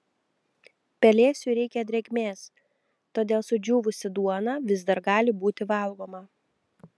pelėsiui reikia drėgmės todėl sudžiūvusi duona vis dar gali būti valgoma